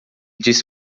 disse